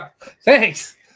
Thanks